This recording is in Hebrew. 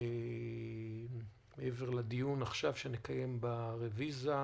ומעבר לדיון שנקיים עכשיו ברוויזיה,